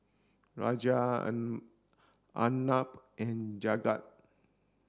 Raja Arnab and Jagat